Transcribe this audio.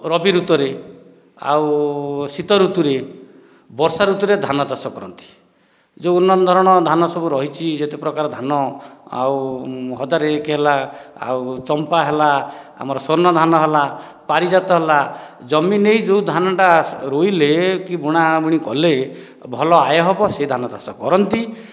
ରବିଋତୁରେ ଆଉ ଶୀତଋତୁରେ ବର୍ଷାଋତୁରେ ଧାନଚାଷ କରନ୍ତି ଯେଉଁ ଉନ୍ନତ ଧରଣର ଧାନ ସବୁ ରହିଛି ଯେତେପ୍ରକାରର ଧାନ ଆଉ ହଜାର ଏକ ହେଲା ଆଉ ଚମ୍ପା ହେଲା ଆମର ସ୍ୱର୍ଣ୍ଣଧାନ ହେଲା ପାରିଜାତ ହେଲା ଜମି ନେଇ ଯେଉଁ ଧାନଟା ରୋଇଲେ କିମ୍ବା ବୁଣାବୁଣି କଲେ ଭଲ ଆୟ ହେବ ସେ ଧାନ ଚାଷ କରନ୍ତି